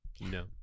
No